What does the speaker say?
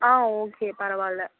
ஆ okay பரவாயில்லை